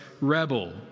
rebel